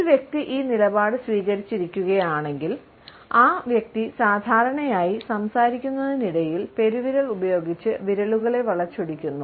ഒരു വ്യക്തി ഈ നിലപാട് സ്വീകരിച്ച് ഇരിക്കുകയാണെങ്കിൽ ആ വ്യക്തി സാധാരണയായി സംസാരിക്കുന്നതിനിടയിൽ പെരുവിരൽ ഉപയോഗിച്ച് വിരലുകളെ വളച്ചൊടിക്കുന്നു